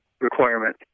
requirement